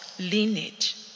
lineage